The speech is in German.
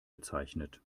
bezeichnet